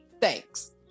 Thanks